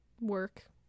work